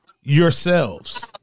yourselves